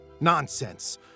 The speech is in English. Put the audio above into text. Nonsense